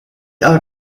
are